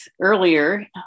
Earlier